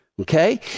Okay